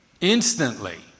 instantly